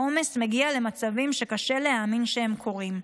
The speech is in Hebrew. העומס מגיע למצבים שקשה להאמין שהם קורים.